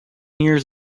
years